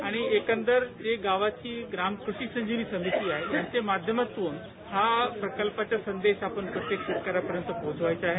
आणि एकंदर गावाची जी ग्राम कृषी संजीवनी समिती आहे याचे माध्यमातून हा प्रकल्पाचा संदेश आपण प्रत्येक शेतकऱ्यांपर्यंत पोहोचवायचा आहे